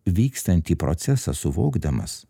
vykstantį procesą suvokdamas